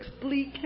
bleak